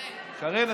שרן.